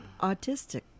autistic